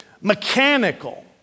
mechanical